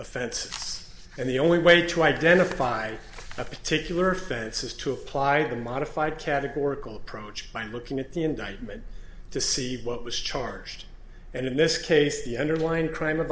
offenses and the only way to identify a particular fence is to apply the modified categorical approach by looking at the indictment to see what was charged and in this case the underlying crim